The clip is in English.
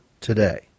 today